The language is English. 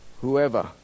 whoever